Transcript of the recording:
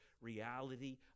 reality